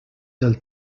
del